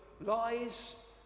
lies